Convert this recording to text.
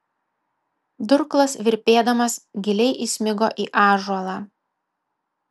durklas virpėdamas giliai įsmigo į ąžuolą